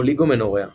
אוליגומנוריאה